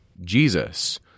Jesus